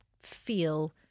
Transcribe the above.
feel